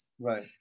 Right